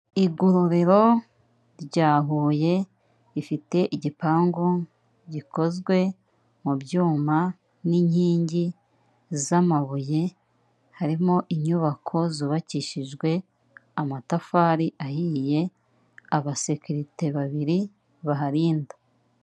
Igororero rya Huye rifite igipangu gikozwe mu byuma n'inkingi z'amabuye, harimo inyubako zubakishijwe amatafari ahiye, abasekirite babiri baharinda.